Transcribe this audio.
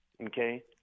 okay